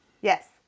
Yes